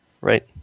Right